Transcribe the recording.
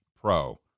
pro